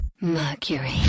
Mercury